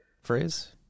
phrase